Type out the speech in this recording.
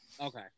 Okay